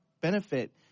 benefit